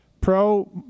pro